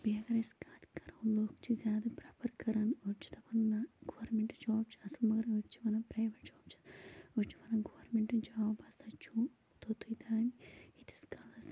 بیٚیہِ اَگر أسۍ کَتھ کَرو لوکھ چھِ زیادٕ پرٛیٚفَر کَران أڑۍ چھِ دَپان نَہ گورمیٚنٛٹ جاب چھُ اصٕل مگر أڑۍ چھِ وَنان پرٛایویٹ جاب چھُ أڑۍ چھِ وَنان گورمیٚنٛٹ جاب ہَسا چھُو توٚتتھٕے تانۍ ییٖتِس کالَس